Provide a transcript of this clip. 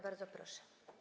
Bardzo proszę.